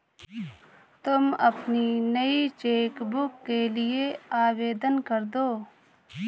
तुम अपनी नई चेक बुक के लिए आवेदन करदो